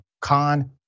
Khan